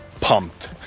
pumped